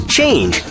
Change